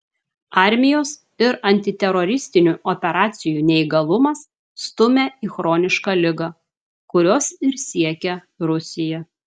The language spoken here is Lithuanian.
armijos ir antiteroristinių operacijų neįgalumas stumia į chronišką ligą kurios ir siekia rusija